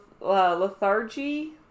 lethargy